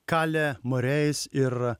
kalė moreis ir